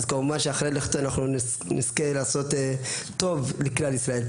אז כמובן שאחרי לכתו אנחנו נזכה לעשות טוב לכלל ישראל.